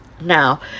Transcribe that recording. now